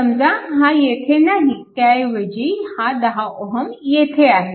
समजा हा येथे नाही त्य ऐवजी हा 10 Ω येथे आहे